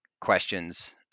questions